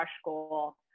school